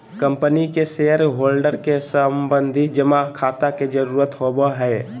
company के shareholder के सावधि जमा खाता के जरूरत होवो हय